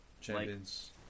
champions